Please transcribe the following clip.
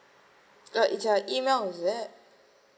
like if I email is it